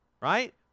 right